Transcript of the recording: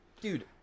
Dude